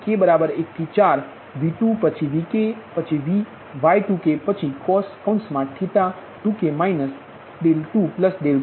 તેનો અર્થ એ થયો કે મારો P2મા k 1 થી 4 પછી V2પછીVk પછી Y2k પછીcos2k 2k